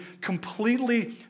completely